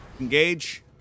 Engage